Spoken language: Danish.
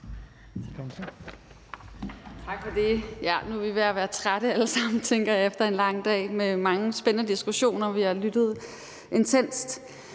Tak for det. Nu er vi alle sammen ved at være trætte, tænker jeg, efter en lang dag med mange spændende diskussioner, og vi har lyttet intenst,